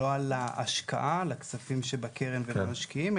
לא על ההשקעה לכספים שבקרן ולמשקעים,